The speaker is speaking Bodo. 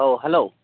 औ हेल'